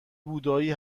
بودایی